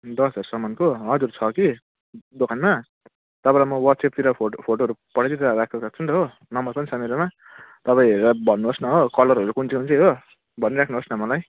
दस हजारसम्मको हजुर छ के दोकानमा तपाईँलाई म व्हाट्सेपतिर फोटो फोटोहरू पठाइदिई त राख्छु राख्छु नि त हो नम्बर पनि छ मेरोमा तपाईँ हेरेर भन्नुहोस् न हो कलरहरू कुन चाहिँ कुन चाहिँ हो भनिराख्नुहोस् न मलाई